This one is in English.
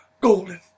golden